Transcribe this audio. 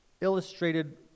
illustrated